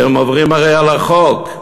כי הם עוברים הרי על החוק.